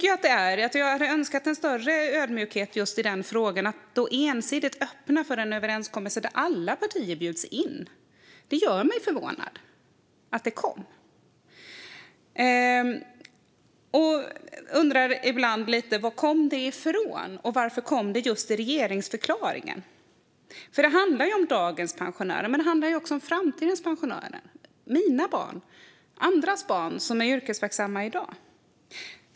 Jag hade önskat en större ödmjukhet just i fråga om att ensidigt öppna för en överenskommelse där alla partier bjuds in. Att det kom förvånar mig. Jag undrar ibland varifrån det kom och varför det kom i just regeringsförklaringen. Det handlar om dagens pensionärer, men det handlar också om framtidens pensionärer, om mina barn och andras barn, som är yrkesverksamma i dag.